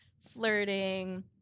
flirting